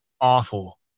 awful